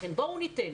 לכן בואו ניתן